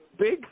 big